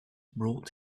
brought